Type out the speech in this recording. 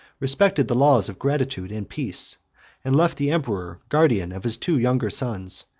respected the laws of gratitude and peace and left the emperor guardian of his two younger sons,